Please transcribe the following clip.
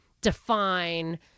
define